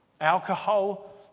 alcohol